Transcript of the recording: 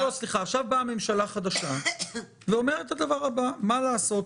עכשיו באה ממשלה חדשה ואומרת: מה לעשות,